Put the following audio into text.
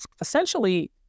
essentially